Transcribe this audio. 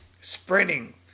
spreading